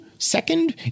Second